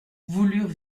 voulurent